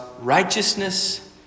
righteousness